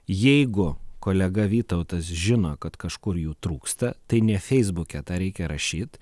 jeigu kolega vytautas žino kad kažkur jų trūksta tai ne feisbuke tą reikia rašyt